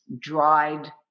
dried